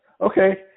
Okay